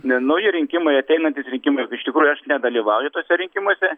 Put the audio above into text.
na nauji rinkimai ateinantys rinkimai iš tikrųjų aš nedalyvauju tuose rinkimuose